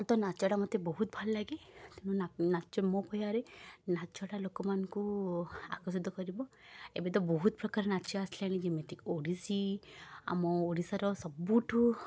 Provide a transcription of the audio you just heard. ତ ନାଚଟା ମୋତେ ବହୁତ ଭଲ ଲାଗେ ନାଚ ମୋ କହିବାରେ ନାଚଟା ଲୋକମାନଙ୍କୁ ଆକର୍ଷିତ କରିବ ଏବେ ତ ବହୁତ ପ୍ରକାର ନାଚ ଆସିଲାଣି ଯେମିତିକି ଓଡ଼ିଶୀ ଆମ ଓଡ଼ିଶାର ସବୁଠୁ